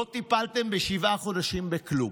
לא טיפלתם בשבעה חודשים בכלום,